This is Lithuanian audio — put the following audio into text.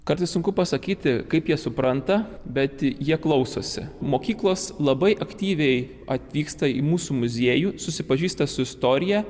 kartais sunku pasakyti kaip jie supranta bet jie klausosi mokyklos labai aktyviai atvyksta į mūsų muziejų susipažįsta su istorija